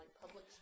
public